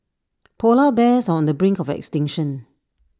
Polar Bears are on the brink of extinction